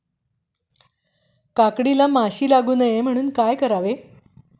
काकडीला माशी लागू नये म्हणून काय करावे?